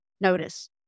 notice